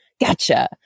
gotcha